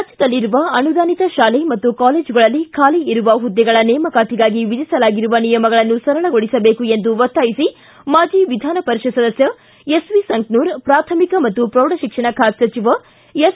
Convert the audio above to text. ರಾಜ್ಯದಲ್ಲಿರುವ ಅನುದಾನಿತ ಶಾಲೆ ಮತ್ತು ಕಾಲೇಜುಗಳಲ್ಲಿ ಖಾಲಿ ಇರುವ ಹುದ್ದೆಗಳ ನೇಮಕಾತಿಗಾಗಿ ವಿಧಿಸಲಾಗುವ ನಿಯಮಗಳನ್ನು ಸರಳಗೊಳಿಸಬೇಕು ಎಂದು ಒತ್ತಾಯಿಸಿ ಮಾಜಿ ವಿಧಾನ ಪರಿಷತ್ ಸದಸ್ತ ಎಸ್ ವಿ ಸಂಕನೂರ ಪ್ರಾಥಮಿಕ ಮತ್ತು ಪ್ರೌಢ ಶಿಕ್ಷಣ ಖಾತೆ ಸಚಿವ ಎಸ್